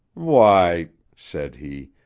why, said he,